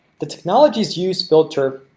the technologies used filter.